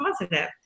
positive